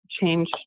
change